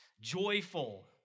joyful